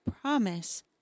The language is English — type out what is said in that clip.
promise